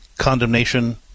condemnation